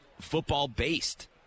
football-based